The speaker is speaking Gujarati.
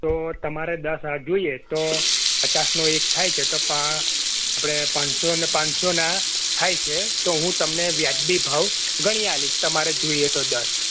તો તમારે દસ હાર જોઈએ તો પચાસનો એક થાય છે તો આપડે પાનસો ના થાય છે તો હું તમને વ્યાજબી ભાવ ગણી આલીશ તમારે જોઈએ તો દસ